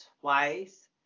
twice